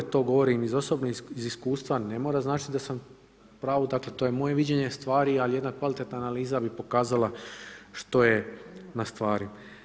To govorim iz osobnog iskustva, ne mora značiti da sam u pravu, dakle to je moje viđenje stvari, ali jedna kvalitetna analiza bi pokazala što je na stvari.